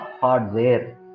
hardware